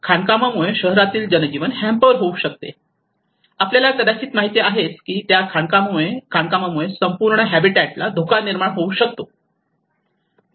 खाणकामामुळे शहरातील जनजीवन हॅम्पर होऊ शकते आपल्याला कदाचित माहित आहे की त्या खाणकामामुळे संपूर्ण हॅबिटॅट ला धोका निर्माण होऊ शकतो